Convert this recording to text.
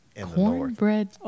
cornbread